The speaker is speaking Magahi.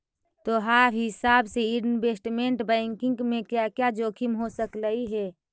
तोहार हिसाब से इनवेस्टमेंट बैंकिंग में क्या क्या जोखिम हो सकलई हे